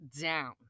down